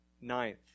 Ninth